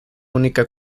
única